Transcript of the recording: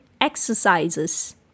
exercises